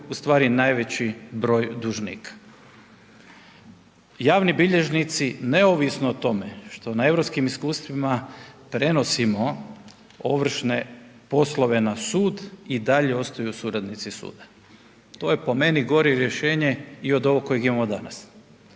najveći broj dužnika. Javni bilježnici, neovisno o tome što na europskim iskustvima prenosimo ovršne poslove na sud i dalje ostaju suradnici suda. To je po meni gore rješenje i od ovoga kojeg imamo danas.